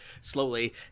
slowly